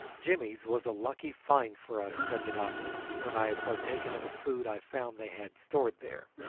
jimmy's was a lucky find for us, said the doctor, when i had partaken of the food i found they had stored there,